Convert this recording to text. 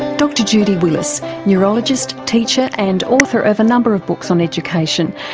dr judy willis neurologist, teacher and author of a number of books on education.